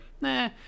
nah